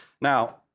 Now